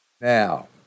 Now